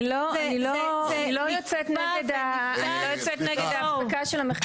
אני לא יוצאת נגד ההפסקה של המחקר,